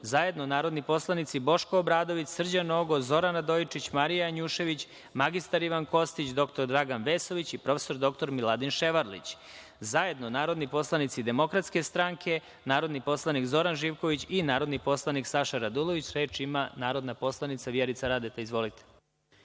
zajedno narodni poslanici Boško Obradović, Srđan Nogo, Zoran Radojičić, Marija Janjušević, mr Ivan Kostić, dr Dragan Vesović i prof. dr Miladin Ševarlić, zajedno narodni poslanici Demokratske stranke, narodni poslanik Zoran Živković i narodni poslanik Saša Radulović. Reč ima narodna poslanica Vjerica Radeta. Izvolite.